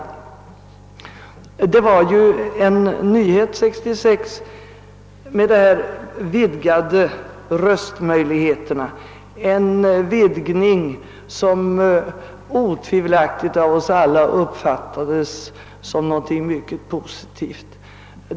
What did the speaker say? Vidgningen av röstmöjligheterna var ju en nyhet 1966, en vidgning som av oss alla otvivelaktigt uppfattades som någonting mycket positivt.